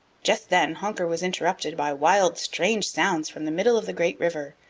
just then honker was interrupted by wild, strange sounds from the middle of the great river.